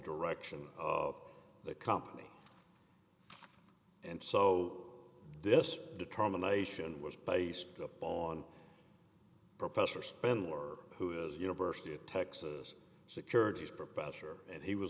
direction of the company and so this determination was based on professor spender who is university of texas securities professor and he was